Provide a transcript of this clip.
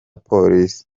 polisi